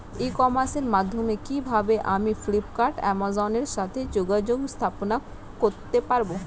ই কমার্সের মাধ্যমে কিভাবে আমি ফ্লিপকার্ট অ্যামাজন এর সাথে যোগাযোগ স্থাপন করতে পারব?